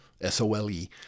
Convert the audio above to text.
S-O-L-E